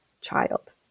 child